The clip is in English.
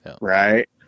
right